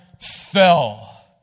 fell